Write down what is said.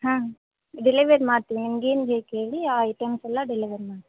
ಹಾಂ ಡೆಲೆವರ್ ಮಾಡ್ತೀನಿ ನಿಮ್ಗೇನು ಬೇಕು ಹೇಳಿ ಆ ಐಟಮ್ಸ್ ಎಲ್ಲ ಡೆಲಿವರ್ ಮಾಡ್ತೀನಿ